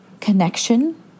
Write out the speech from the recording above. connection